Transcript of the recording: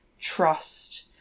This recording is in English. trust